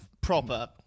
proper